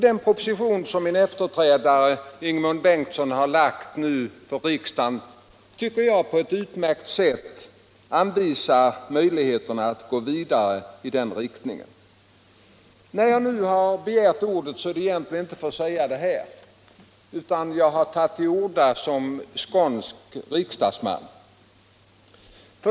Den proposition som min efterträdare Ingemund Bengtsson nu har lagt fram för riksdagen tycker jag på ett utmärkt sätt anvisar möjligheterna att gå vidare i den riktningen. När jag nu har begärt ordet är det egentligen inte för att säga detta, utan jag har tagit till orda som skånsk riksdagsman.